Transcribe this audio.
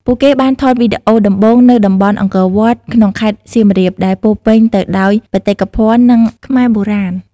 ពួកគេបានថតវីដេអូដំបូងនៅតំបន់អង្គរវត្តក្នុងខេត្តសៀមរាប ដែលពោរពេញទៅដោយបេតិកភណ្ឌនិងអរិយធម៌ខ្មែរបុរាណ។